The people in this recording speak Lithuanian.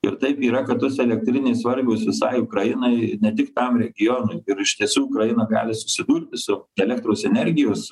ir taip yra kad tos elektrinės svarbios visai ukrainai ne tik tam regionui ir iš tiesų ukraina gali susidurti su elektros energijos